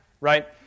right